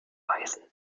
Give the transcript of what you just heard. beißen